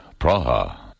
Praha